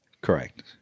Correct